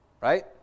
right